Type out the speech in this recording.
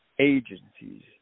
Agencies